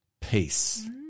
peace